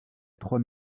trois